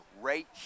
right